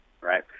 right